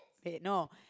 but ye~ no